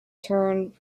turn